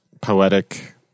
poetic